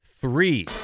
three